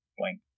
blank